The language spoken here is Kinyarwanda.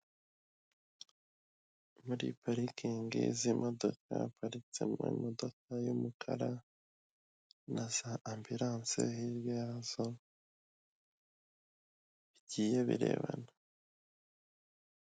Muri parikingi z'imodoka haparitsemo imodoka y'umukara na za ambulanse hirya yazo bigiye birebana.